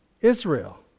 Israel